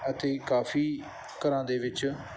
ਅਤੇ ਕਾਫੀ ਘਰਾਂ ਦੇ ਵਿੱਚ